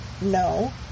No